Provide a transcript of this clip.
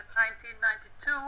1992